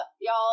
y'all